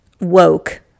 woke